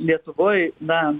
lietuvoj na